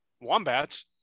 Wombats